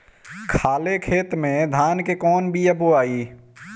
खाले खेत में धान के कौन बीया बोआई?